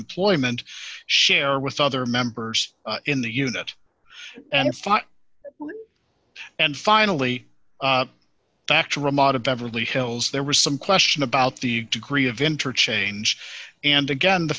employment share with other members in the unit and five and finally back to ramada beverly hills there was some question about the degree of interchange and again the